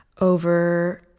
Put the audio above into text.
over